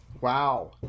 Wow